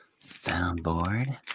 soundboard